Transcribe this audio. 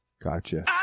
Gotcha